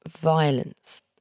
violence